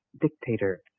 dictator